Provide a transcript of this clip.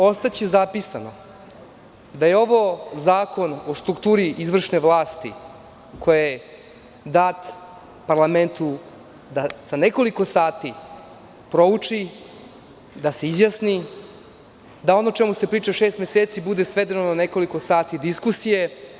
Ostaće zapisano da je ovo zakon o strukturi izvršne vlasti koji je dat parlamentu da za nekoliko sati prouči, da se izjasni, da ono o čemu se priča šest meseci bude svedeno na nekoliko sati diskusije.